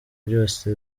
byose